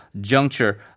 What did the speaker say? juncture